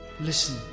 Listen